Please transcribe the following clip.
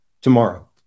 Tomorrow